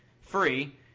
free